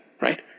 right